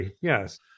yes